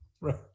Right